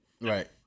Right